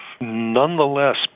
Nonetheless